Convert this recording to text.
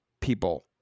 people